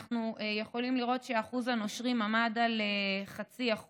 אנחנו יכולים לראות ששיעור הנושרים עמד על 0.5%,